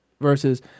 versus